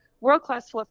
world-class